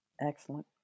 Excellent